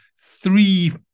three